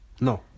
No